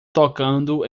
tocando